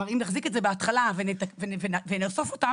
כלומר, אם נחזיק את זה בהתחלה ונאסוף אותם